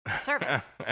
service